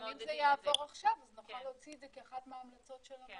גם אם זה יעבור עכשיו אז נוכל להוציא את זה כאחת מהמלצות הוועדה.